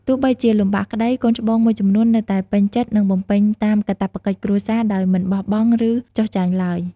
ទោះបីជាលំបាកក្ដី កូនច្បងមួយចំនួននៅតែពេញចិត្តនឹងបំពេញតាមកាតព្វកិច្ចគ្រួសារ ដោយមិនបោះបង់ ឬ ចុះចាញ់ឡើយ។